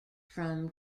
from